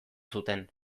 zuten